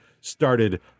started